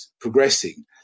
progressing